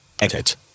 Edit